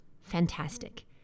Fantastic